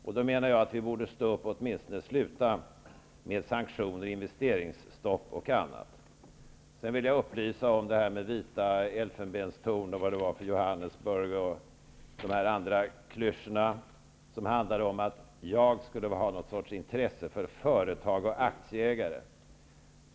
Jag menar då att vi åtminstone borde sluta med sanktioner, investeringsstopp och annat. Pierre Schori talade om vita elfenbenstorn, Johannesburg och andra klyschor, som gick ut på att jag skulle ha någon sorts intresse för företag och aktieägare.